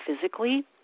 physically